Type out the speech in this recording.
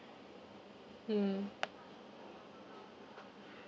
mm